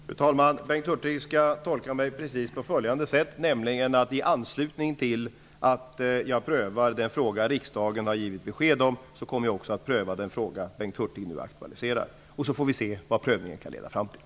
Fru talman! Bengt Hurtig skall tolka mig på följande sätt. I anslutning till att jag prövar den fråga som riksdagen har givit besked om kommer jag också att pröva den fråga som Bengt Hurtig nu aktualiserar. Sedan får vi se vad prövningen kan leda fram till.